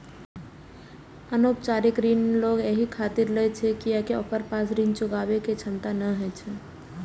अनौपचारिक ऋण लोग एहि खातिर लै छै कियैकि ओकरा पास ऋण चुकाबै के क्षमता नै होइ छै